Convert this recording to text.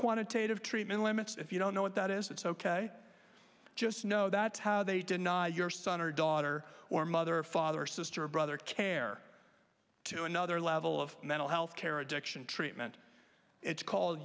quantitative treatment limits if you don't know what that is it's ok just know that's how they did your son or daughter or mother father sister or brother care to another level of mental health care addiction treatment it's called